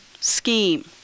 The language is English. scheme